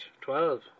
twelve